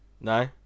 No